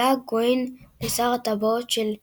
לה גווין, ל"שר הטבעות" של ג'.ר.ר.